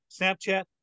Snapchat